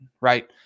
right